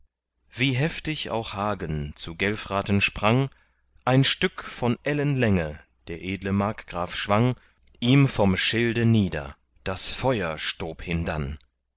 wie heftig auch hagen zu gelfraten sprang ein stück von ellenlänge der edle markgraf schwang ihm vom schilde nieder das feuer stob hindann